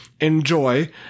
enjoy